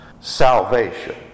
salvation